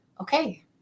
okay